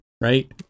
right